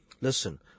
Listen